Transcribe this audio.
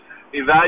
evaluate